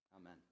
Amen